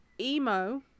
emo